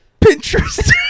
Pinterest